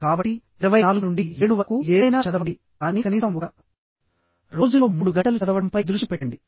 కాబట్టి ఇరవై నాలుగు నుండి ఏడు వరకు ఏదైనా చదవండి కానీ కనీసం ఒక రోజులో మూడు గంటలు చదవడంపై దృష్టి పెట్టండి